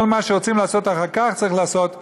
כל מה שרוצים לעשות אחר כך, צריך לעשות מראש.